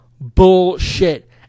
Bullshit